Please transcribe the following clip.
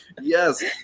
Yes